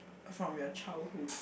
from your childhood